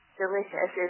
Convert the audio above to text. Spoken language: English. delicious